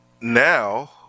now